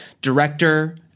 director